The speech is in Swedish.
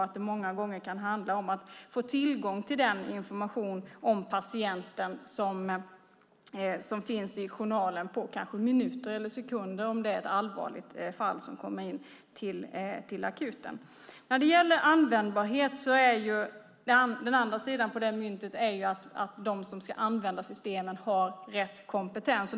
Det kan många gångar handla om att få tillgång till den information som finns om patienten i journaler på minuter eller kanske sekunder om det är ett allvarligt fall som kommer in till akuten. När det gäller användbarhet är andra sidan på myntet att de som ska använda systemen har rätt kompetens.